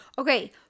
Okay